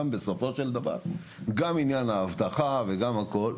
גם עניין האבטחה והכול.